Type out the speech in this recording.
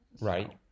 Right